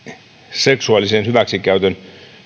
seksuaalisen hyväksikäytön